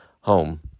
home